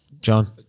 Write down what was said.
John